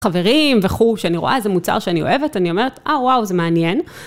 חברים וכו', כשאני רואה איזה מוצר שאני אוהבת, אני אומרת, אה וואו, זה מעניין.